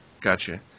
Gotcha